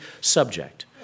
subject